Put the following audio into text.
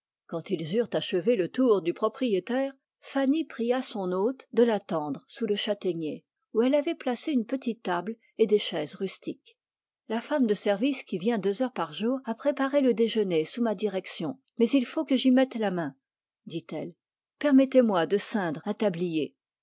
quand ils eurent achevé le tour du propriétaire fanny pria son hôte de l'attendre sous le châtaignier où elle avait placé une petite table et des chaises rustiques la femme de service qui vient deux heures par jour a préparé le déjeuner sous ma direction mais il faut que j'y mette la main dit-elle fanny je